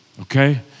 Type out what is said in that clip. okay